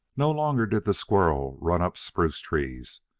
no longer did the squirrel run up spruce trees,